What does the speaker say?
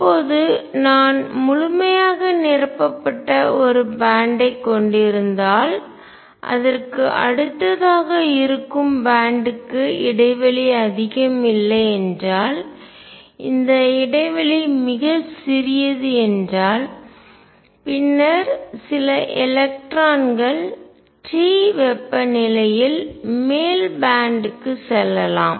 இப்போது நான் முழுமையாக நிரப்பப்பட்ட ஒரு பேண்ட் ஐ கொண்டிருந்தால் அதற்கு அடுத்ததாக இருக்கும் பேண்ட் க்கு இடைவெளி அதிகம் இல்லை என்றால் இந்த இடைவெளி மிகச் சிறியது என்றால் பின்னர் சில எலக்ட்ரான்கள் t வெப்பநிலையில் மேல் பேண்ட் க்கு செல்லலாம்